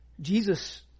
Jesus